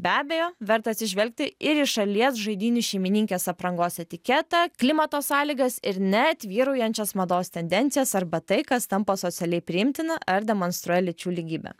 be abejo verta atsižvelgti ir į šalies žaidynių šeimininkės aprangos etiketą klimato sąlygas ir net vyraujančias mados tendencijas arba tai kas tampa socialiai priimtina ar demonstruoja lyčių lygybę